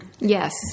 Yes